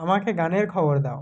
আমাকে গানের খবর দাও